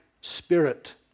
spirit